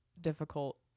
difficult